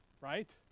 right